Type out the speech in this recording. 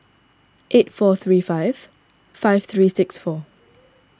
eight four three five five three six four